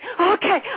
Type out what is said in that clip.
Okay